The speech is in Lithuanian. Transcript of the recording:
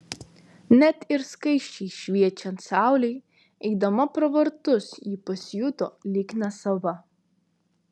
net ir skaisčiai šviečiant saulei eidama pro vartus ji pasijuto lyg nesava